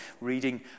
reading